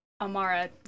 Amara